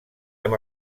amb